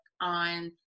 on